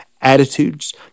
attitudes